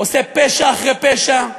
עושה פשע אחרי פשע,